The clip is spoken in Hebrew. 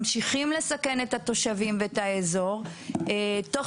ממשיכים לסכן את התושבים ואת האזור תוך